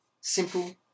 simple